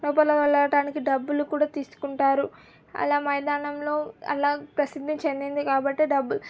లోపల వెళ్ళడానికి డబ్బులు కుడా తీసుకుంటారు అలా మైదానంలో అలా ప్రసిద్ది చెందింది కాబట్టి డబ్బు